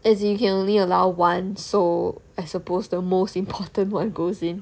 as in you can only allow one so as I suppose the most important one goes in